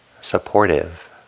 supportive